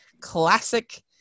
classic